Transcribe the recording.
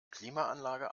klimaanlage